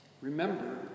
Remember